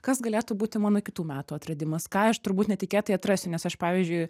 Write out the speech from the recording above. kas galėtų būti mano kitų metų atradimas ką aš turbūt netikėtai atrasiu nes aš pavyzdžiui